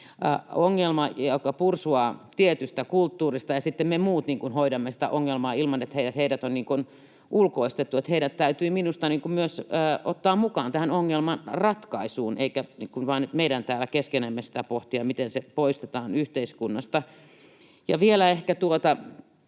ongelma, joka pursuaa tietystä kulttuurista, ja sitten me muut hoidamme sitä ongelmaa niin, että heidät on niin kuin ulkoistettu. Heidät täytyy minusta myös ottaa mukaan tähän ongelman ratkaisuun, eikä vain niin, että me täällä keskenämme pohdimme, miten se poistetaan yhteiskunnasta. Vielä ehkä tuosta